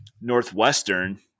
Northwestern